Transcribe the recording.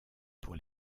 pour